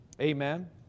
Amen